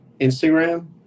Instagram